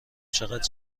چقد